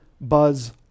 buzz